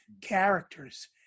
characters